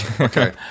okay